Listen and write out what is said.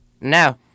No